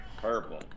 Purple